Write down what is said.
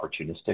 opportunistic